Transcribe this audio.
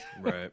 Right